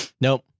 nope